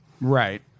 Right